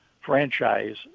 franchise